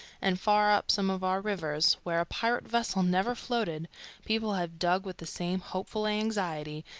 and far up some of our rivers where a pirate vessel never floated people have dug with the same hopeful anxiety,